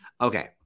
Okay